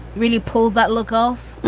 really pulled that look off.